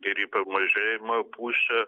ir į pamažėjimo pusę